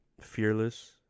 Fearless